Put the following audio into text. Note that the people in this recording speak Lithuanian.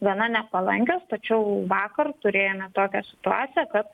gana nepalankios tačiau vakar turėjome tokią situaciją kad